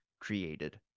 created